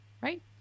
right